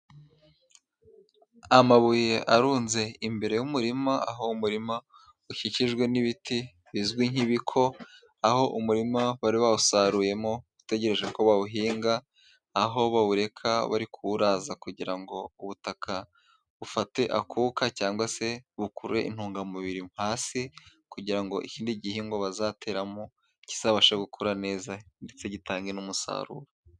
Amabuye arunze imbere y'umurima, aho umurima ukikijwe n'ibiti bizwi nk'ibiko, aho umurima bari bawusaruyemo, utegereje ko bawuhinga, aho bawureka bari kuwuraza kugira ngo ubutaka bufate akuka cyangwa se bukure intungamubiri hasi kugira ngo ikindi gihingwa bazateramo kizabashe gukura neza ndetse gitange n'umusaruro.